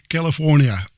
California